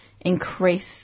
increase